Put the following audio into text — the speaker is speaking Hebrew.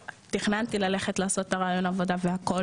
תכננתי ללכת לעשות את הריאיון לימודים והכול